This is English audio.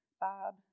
Bob